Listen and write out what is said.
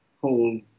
whole